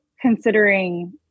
considering